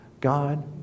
God